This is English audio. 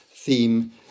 theme